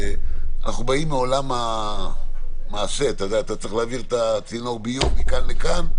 שבאים מעולם המעשה וכשדאתה צריך להעביר צינור ביוב מכאן לכאן,